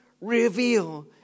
reveal